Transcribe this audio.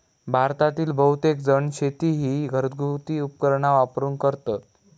भारतातील बहुतेकजण शेती ही घरगुती उपकरणा वापरून करतत